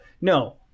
No